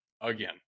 Again